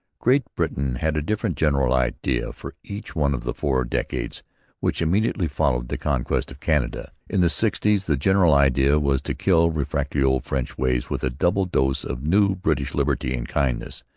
great britain had a different general idea for each one of the four decades which immediately followed the conquest of canada. in the sixties the general idea was to kill refractory old french ways with a double dose of new british liberty and kindness,